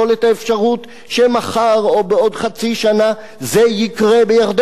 האפשרות שמחר או בעוד חצי שנה זה יקרה בירדן.